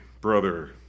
brother